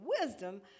wisdom